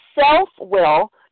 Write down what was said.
self-will